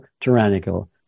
tyrannical